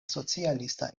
socialista